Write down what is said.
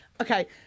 Okay